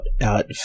out